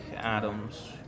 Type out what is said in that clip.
Adams